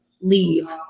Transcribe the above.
leave